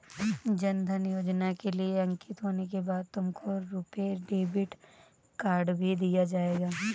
जन धन योजना के लिए अंकित होने के बाद तुमको रुपे डेबिट कार्ड भी दिया जाएगा